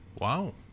Wow